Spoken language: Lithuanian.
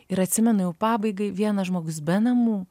ir atsimenu jau pabaigai vienas žmogus be namų